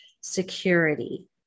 security